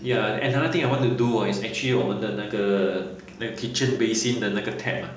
ya another thing I want to do is actually 我们的那个 the kitchen basin 的那个 tap